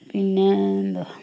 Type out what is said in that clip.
പിന്നെ എന്തുവാ